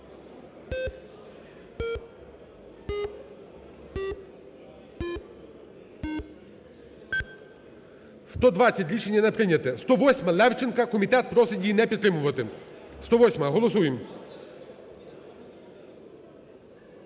За-120 Рішення не прийняте. 108-а, Левченка. Комітет просить її не підтримувати. 108-а. Голосуємо.